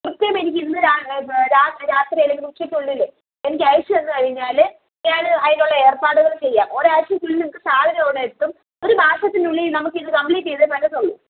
കൃത്യം എനിക്ക് ഇന്ന് രാ രാ രാത്രി അല്ലെങ്കിൽ ഉച്ചക്കുള്ളിൽ എനിക്ക് അയച്ച് തന്നുകഴിഞ്ഞാൽ ഞാൻ അതിനുള്ള ഏർപ്പാടുകൾ ചെയ്യാം ഒരാഴ്ച്ചക്കുള്ളിൽ നിങ്ങൾക്ക് സാധനം അവിടെയെത്തും ഒരു മാസത്തിനുള്ളിൽ നമ്മുക്കിത് കംപ്ലീറ്റ് ചെയ്ത് പറ്റത്തൊള്ളൂ